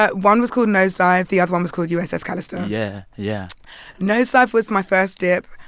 ah one was called nosedive. the other one was called uss callister. yeah, yeah nosedive was my first dip.